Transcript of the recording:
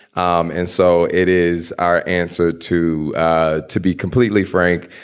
um and so it is our answer to ah to be completely frank.